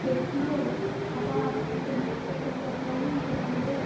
ଦେଖିକି ଆଉ ଆପଣ ଆପଣଙ୍କ ପ୍ରିନ୍ସିପାଲ୍ଙ୍କ ସହ କଥା ହୋଇକି ମୋତେ କହିବେ ଆଉ